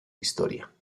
historia